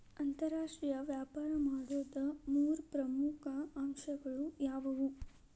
ಅಂತರಾಷ್ಟ್ರೇಯ ವ್ಯಾಪಾರ ಮಾಡೋದ್ ಮೂರ್ ಪ್ರಮುಖ ಅಂಶಗಳು ಯಾವ್ಯಾವು?